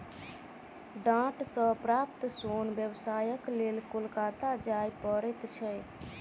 डांट सॅ प्राप्त सोन व्यवसायक लेल कोलकाता जाय पड़ैत छै